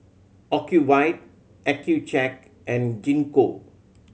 Ocuvite Accucheck and Gingko